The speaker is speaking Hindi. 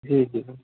जी जी